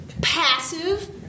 passive